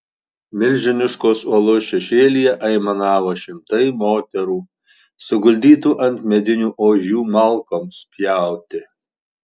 milžiniškos uolos šešėlyje aimanavo šimtai moterų suguldytų ant medinių ožių malkoms pjauti